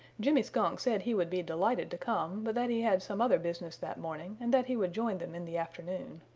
jimmy skunk said he would be delighted to come but that he had some other business that morning and that he would join them in the afternoon.